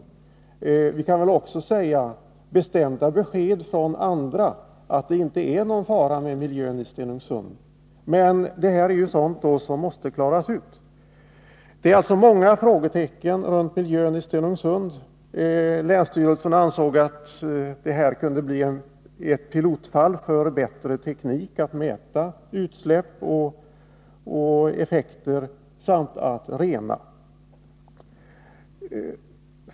Samtidigt kan man hänvisa till att det finns bestämda besked från vissa håll om att det inte är någon fara med miljön i Stenungsund. Detta är emellertid sådant som måste klaras ut. Det finns alltså många frågetecken när det gäller miljön i Stenungsund, och länsstyrelsen ansåg att detta kunde bli ett pilotfall för bättre teknik att mäta utsläpp och effekter samt att rena utsläppen.